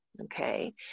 Okay